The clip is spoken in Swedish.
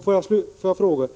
Får jag slutligen fråga: